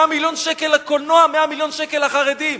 100 מיליון שקל לקולנוע, 100 מיליון שקל לחרדים.